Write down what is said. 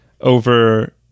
over